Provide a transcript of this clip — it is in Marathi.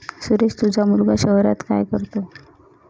सुरेश तुझा मुलगा शहरात काय करतो